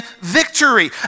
victory